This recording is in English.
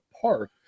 park